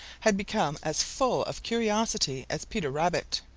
had become as full of curiosity as peter rabbit.